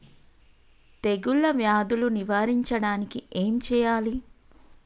తెగుళ్ళ వ్యాధులు నివారించడానికి ఏం చేయాలి?